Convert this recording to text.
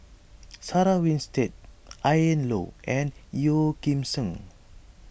Sarah Winstedt Ian Loy and Yeo Kim Seng